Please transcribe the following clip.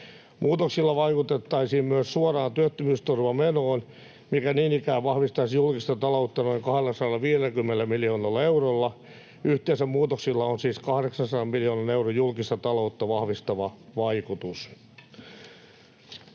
Muutoksilla vaikutettaisiin myös suoraan työttömyysturvamenoon, mikä niin ikään vahvistaisi julkista taloutta noin 250 miljoonalla eurolla. Yhteensä muutoksilla on siis 800 miljoonan euron julkista taloutta vahvistava vaikutus.